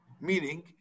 Meaning